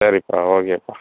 சரிப்பா ஓகேப்பா